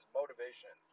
motivation